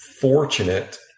fortunate